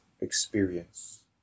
experience